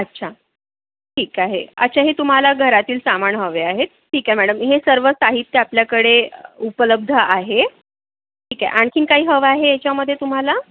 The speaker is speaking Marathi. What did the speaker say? अच्छा ठीक आहे अच्छा हे तुम्हाला घरातील सामान हवे आहे ठीक आहे मॅडम हे सर्व साहित्य आपल्याकडे उपलब्ध आहे ठीक आहे आणखीन काही हवं आहे याच्यामध्ये तुम्हाला